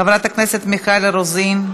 חברת הכנסת מיכל רוזין,